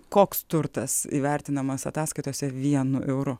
koks turtas įvertinamas ataskaitose vienu euru